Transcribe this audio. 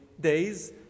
days